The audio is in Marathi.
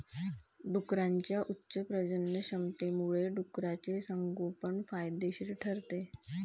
डुकरांच्या उच्च प्रजननक्षमतेमुळे डुकराचे संगोपन फायदेशीर ठरते